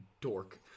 dork